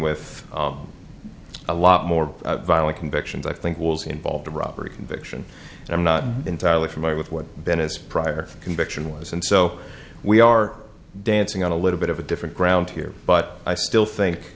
with a lot more violent convictions i think was involved a robbery conviction and i'm not entirely familiar with what ben is prior conviction was and so we are dancing on a little bit of a different ground here but i still think